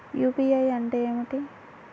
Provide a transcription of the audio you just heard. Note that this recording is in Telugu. యూ.పీ.ఐ అంటే ఏమిటి?